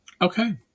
Okay